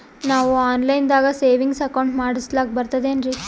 ನಾವು online ದಾಗ savings account ಮಾಡಸ್ಲಾಕ ಬರ್ತದೇನ್ರಿ?